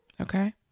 Okay